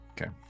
Okay